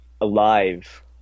alive